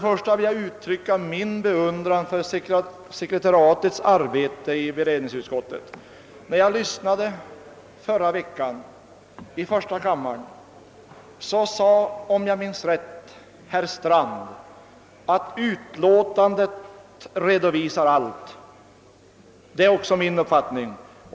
Först vill jag uttrycka min beundran för sekretariatets arbete i beredningsutskottet. När jag förra veckan lyssnade till debatten i första kammaren sade, om jag minns rätt, herr Strand att utlåtandet redovisar allt. Det är också min uppfattning.